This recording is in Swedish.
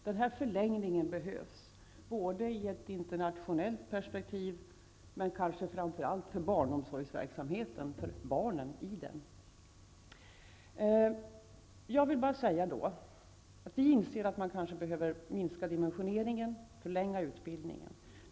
Denna förlängning behövs inte minst ur ett internationellt perspektiv, men också framför allt för barnens i barnverksamheten skull. Vi inser att man kanske behöver minska dimensioneringen och förlänga utbildningen.